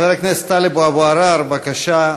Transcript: חבר הכנסת טלב אבו עראר, בבקשה,